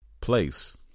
Place